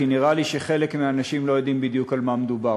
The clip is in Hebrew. כי נראה לי שחלק מהאנשים לא יודעים בדיוק על מה מדובר,